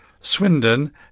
Swindon